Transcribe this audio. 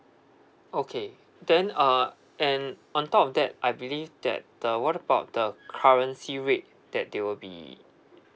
okay then uh and on top of that I believe that the what about the currency rate that they will be